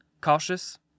cautious